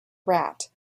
rat